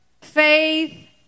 faith